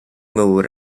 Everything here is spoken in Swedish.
mor